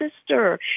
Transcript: sister